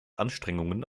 anstrengungen